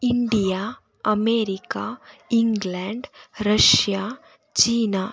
India America England Russia China